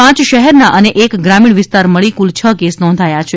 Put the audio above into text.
પાંચ શહેરના અને એક ગ્રામીણ વિસ્તાર મળી કુલ છ કેસ નોંધાયા છે